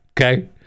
okay